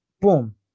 boom